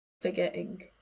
forgetting